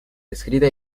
escrita